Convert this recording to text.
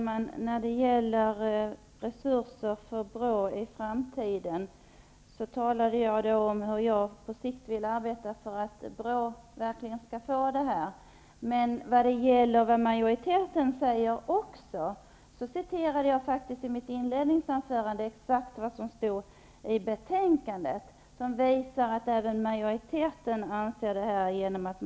Herr talman! I fråga om resurser för BRÅ i framtiden talade jag om hur jag på sikt vill arbeta för att BRÅ verkligen skall få nödvändiga resurser. Nu frågar Kent Carlsson vad majoriteten säger. Jag citerade faktiskt i mitt inledningsanförande vad som står i betänkandet. Det visar att även majoriteten tycker som jag.